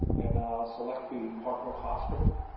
and now select the partner hospital,